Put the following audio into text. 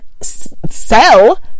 sell